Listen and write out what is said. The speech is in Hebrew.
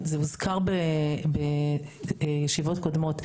זה הוזכר בישיבות קודמות.